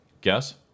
Guess